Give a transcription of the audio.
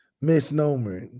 misnomer